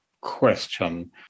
question